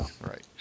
right